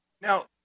Now